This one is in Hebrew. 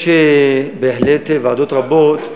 יש בהחלט ועדות רבות,